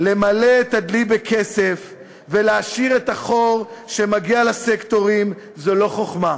למלא את הדלי בכסף ולהשאיר את החור שמגיע לסקטורים זו לא חוכמה.